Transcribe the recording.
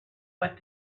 what